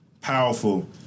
powerful